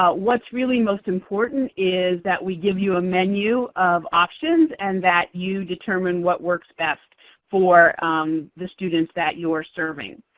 what's really most important is that we give you a menu of options and that you determine what works best for the students that you are serving.